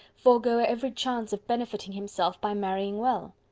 forego every chance of benefiting himself by marrying well?